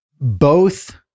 both-